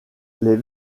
les